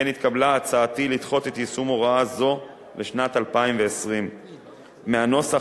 כן התקבלה הצעתי לדחות את יישום הוראה זו לשנת 2020. מהנוסח